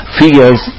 figures